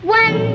one